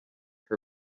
her